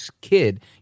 kid